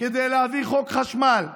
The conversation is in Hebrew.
כדי להעביר חוק חשמל,